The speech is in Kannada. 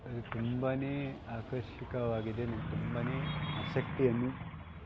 ತುಂಬ ಆಕರ್ಷಕವಾಗಿದೆ ನನ್ಗೆ ತುಂಬ ಆಸಕ್ತಿಯನ್ನು